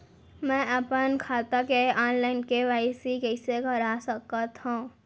मैं अपन खाता के ऑनलाइन के.वाई.सी कइसे करा सकत हव?